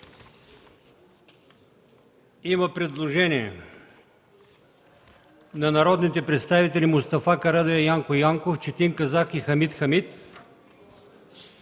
има предложение на народните представители Мустафа Карадайъ, Янко Янков, Четин Казак и Хамид Хамид,